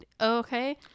okay